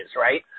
right